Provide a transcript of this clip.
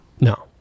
No